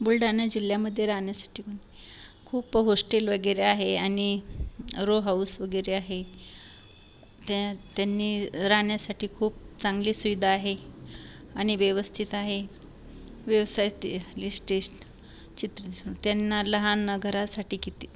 बुलडाना जिल्ल्यामद्दे रान्यासाटी खूप होश्टेल वगेरे आहे आनि रो हाऊस वगेरे आहे त्या त्यांनी रान्यासाटी खूप चांगली सुविदा आहे आनि व्यवस्थित आहे व्यवसाय ते लिश्टेश्ट चि त्यांना लहान घरासाटी किती